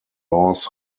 laws